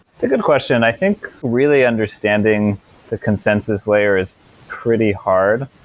it's a good question. i think really understanding the consensus layer is pretty hard.